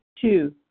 Two